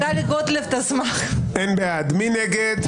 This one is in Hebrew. מי נגד?